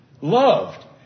loved